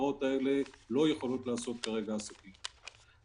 כרגע משה שקורה,